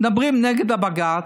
מדברים נגד בג"ץ.